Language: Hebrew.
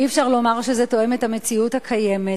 אי-אפשר לומר שזה תואם את המציאות הקיימת.